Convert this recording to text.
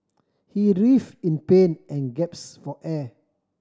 he writhe in pain and gaps for air